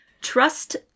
Trust